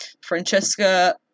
Francesca